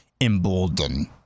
embolden